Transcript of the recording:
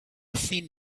thing